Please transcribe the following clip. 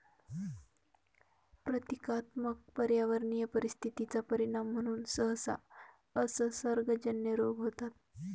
प्रतीकात्मक पर्यावरणीय परिस्थिती चा परिणाम म्हणून सहसा असंसर्गजन्य रोग होतात